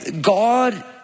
God